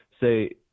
say